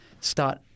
Start